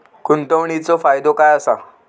गुंतवणीचो फायदो काय असा?